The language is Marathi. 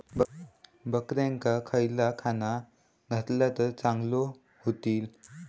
बकऱ्यांका खयला खाणा घातला तर चांगल्यो व्हतील?